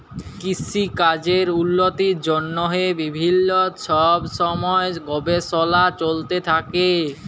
কিসিকাজের উল্লতির জ্যনহে বিভিল্ল্য ছব ছময় গবেষলা চলতে থ্যাকে